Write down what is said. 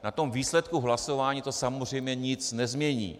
Na výsledku hlasování to samozřejmě nic nezmění.